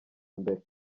mbere